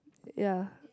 ya